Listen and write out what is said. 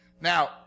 Now